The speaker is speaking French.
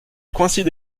coïncide